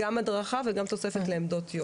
גם הדרכה וגם תוספת לעמדות יום.